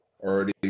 already